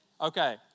Okay